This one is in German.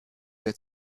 der